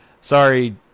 sorry